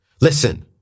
Listen